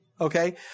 Okay